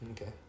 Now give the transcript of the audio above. Okay